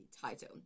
title